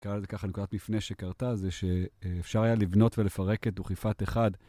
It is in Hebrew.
נקרה לזה ככה נקודת מפנה שקרתה, זה שאפשר היה לבנות ולפרק את דוכיפת אחד.